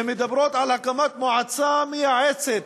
שמדברות על הקמת מועצה מייעצת